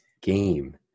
game